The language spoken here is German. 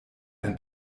ein